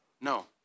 No